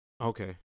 Okay